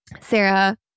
Sarah